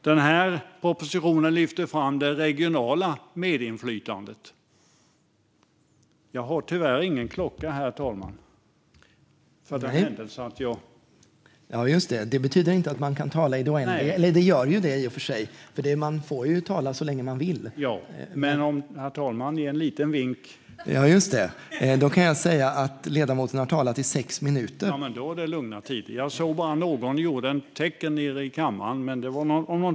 Den lyfter också fram det regionala medinflytandet och den regionala politiska nivåns betydelse för att detta ska fungera i verkligheten. Herr talman!